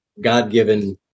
God-given